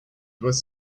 was